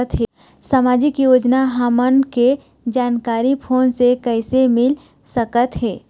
सामाजिक योजना हमन के जानकारी फोन से कइसे मिल सकत हे?